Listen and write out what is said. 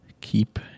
Keep